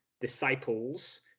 disciples